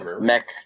Mech